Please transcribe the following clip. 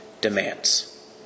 demands